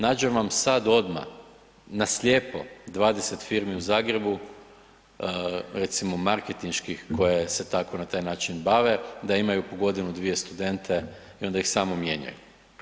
Nađem vam sad odmah na slijepo 20 firmi u Zagrebu, recimo, marketinških, koje se tako na taj način bave, da imaju po godinu, dvije studente i onda ih samo mijenjaju.